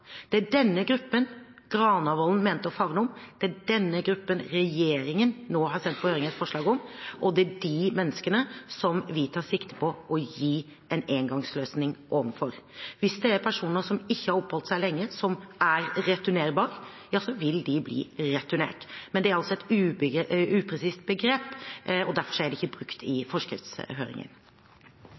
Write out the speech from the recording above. Det er denne gruppen Granavolden-plattformen mente å favne om, det er denne gruppen regjeringen nå har sendt på høring et forslag om, og det er de menneskene vi tar sikte på en engangsløsning overfor. Hvis det er personer som ikke har oppholdt seg lenge, som er returnerbare, vil de bli returnert. Men det er altså et upresist begrep, og derfor er det ikke brukt i forskriftshøringen.